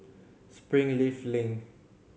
Springleaf Link